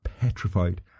petrified